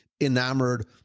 enamored